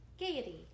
gaiety